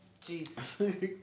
Jesus